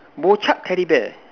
teddy bear